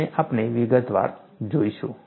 તે આપણે વિગતવાર જોઈશું